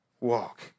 walk